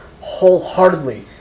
wholeheartedly